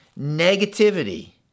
negativity